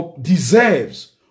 deserves